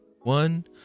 one